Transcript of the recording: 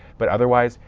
but otherwise,